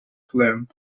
film